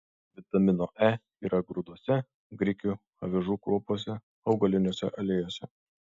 vitamino e yra grūduose grikių avižų kruopose augaliniuose aliejuose